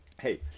Hey